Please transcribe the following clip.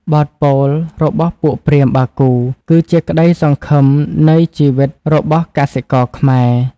បទពោលរបស់ពួកព្រាហ្មណ៍បាគូ គឺជាក្ដីសង្ឈឹមនៃជីវិតរបស់កសិករខ្មែរ។